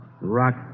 Rock